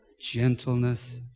Gentleness